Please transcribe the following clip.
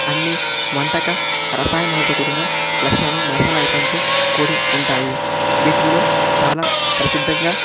అన్నీ వంటక రసాయనాలతో కూడిన లక్షణను మసాలా ఐటెం తో కూడి ఉంటాయి వీటిల్లో చాలా ప్రసిద్దంగా